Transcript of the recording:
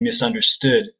misunderstood